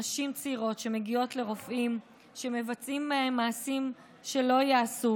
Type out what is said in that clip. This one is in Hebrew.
נשים צעירות שמגיעות לרופאים שמבצעים בהן מעשים שלא ייעשו,